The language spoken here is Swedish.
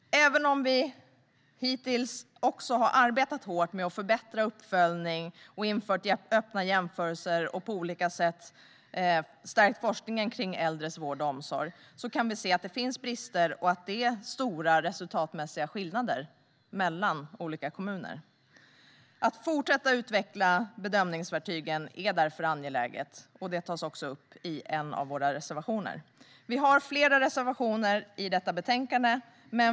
Även om vi hittills har arbetat hårt med att förbättra uppföljningen, infört öppna jämförelser och på olika sätt stärkt forskningen kring äldres vård och omsorg kan vi se att det finns brister och att det är stora resultatmässiga skillnader mellan olika kommuner. Att fortsätta utveckla bedömningsverktygen är därför angeläget. Det tas också upp i en av våra reservationer. Vi har flera reservationer i detta betänkande.